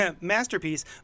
masterpiece